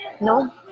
No